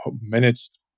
managed